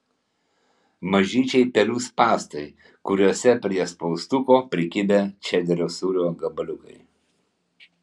mažyčiai pelių spąstai kuriuose prie spaustuko prikibę čederio sūrio gabaliukai